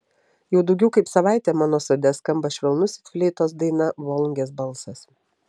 jau daugiau kaip savaitė mano sode skamba švelnus it fleitos daina volungės balsas